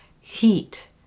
heat